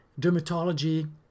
dermatology